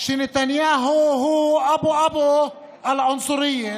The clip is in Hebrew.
שנתניהו הוא אבו אבו אל-ענצוריה.